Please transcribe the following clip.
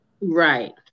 Right